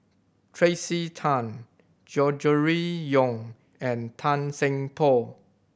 Tracey Tan Gregory Yong and Tan Seng Poh